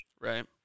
Right